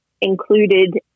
included